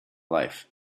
life